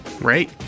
Right